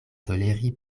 toleri